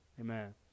Amen